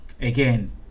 Again